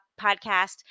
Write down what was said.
Podcast